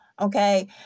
Okay